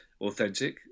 authentic